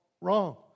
Wrong